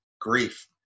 grief